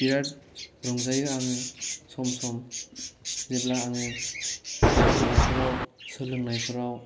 बिराद रंजायो आङो सम सम जेब्ला आङो गान खननाय फोराव सोलोंनाय फोराव